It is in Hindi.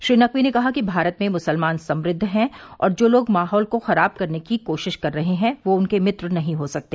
श्री नकवी ने कहा कि भारत में मुसलमान समृद्व हैं और जो लोग माहौल को खराब करने की कोशिश कर रहे हैं वे उनके मित्र नहीं हो सकते